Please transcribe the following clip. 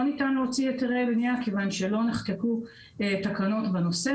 לא ניתן להוציא היתרי בנייה כיוון שלא נחקקו תקנות בנושא.